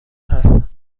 هستم